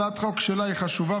הצעת החוק שלה היא חשובה,